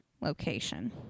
location